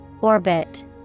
Orbit